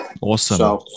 Awesome